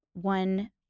one